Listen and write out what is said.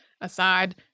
aside